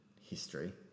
history